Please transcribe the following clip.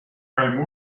beim